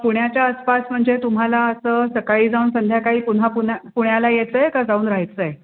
पुण्याच्या आसपास म्हणजे तुम्हाला असं सकाळी जाऊन संध्याकाळी पुन्हा पुन्या पुण्याला यायचं आहे का जाऊन राहायचं आहे